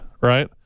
Right